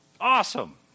Awesome